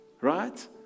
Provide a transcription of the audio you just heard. right